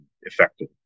effective